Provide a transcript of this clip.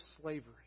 slavery